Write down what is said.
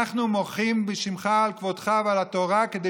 אנחנו מוחים בשמך על כבודך ועל התורה כדי